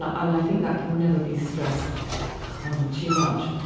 ah and i think that can never be stressed um too much.